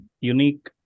unique